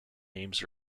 names